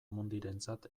mundirentzat